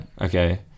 Okay